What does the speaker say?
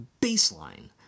baseline